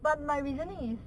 but my reasoning is